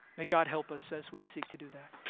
may god help us as we seek to do that.